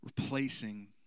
replacing